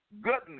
goodness